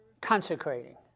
Consecrating